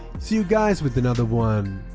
see you guys with another one!